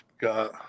got